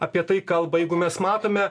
apie tai kalba jeigu mes matome